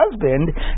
husband